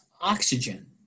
Oxygen